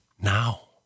now